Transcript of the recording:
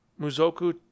muzoku